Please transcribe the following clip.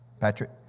Patrick